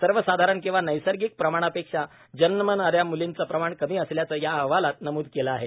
सर्वसाधारण किंवा नैसर्गिक प्रमाणापेक्षा जन्मणाऱ्या म्लींचे प्रमाण कमी असल्याचे या अहवालात नमूद केले आहे